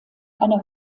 einer